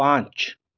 पाँच